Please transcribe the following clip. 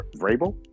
Vrabel